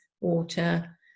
water